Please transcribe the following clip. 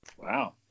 Wow